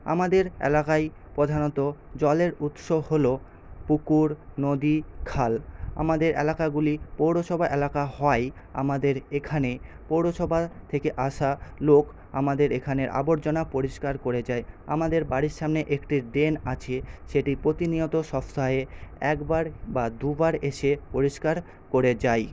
আমাদের এলাকায় প্রধানত জলের উৎস হল পুকুর নদী খাল আমাদের এলাকাগুলি পৌরসভা এলাকা হওয়ায় আমাদের এখানে পৌরসভা থেকে আসা লোক আমাদের এখানের আবর্জনা পরিষ্কার করে যায় আমাদের বাড়ির সামনে একটি ড্রেন আছে সেটি প্রতিনিয়ত সপ্তাহে একবার বা দুবার এসে পরিষ্কার করে যায়